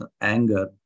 anger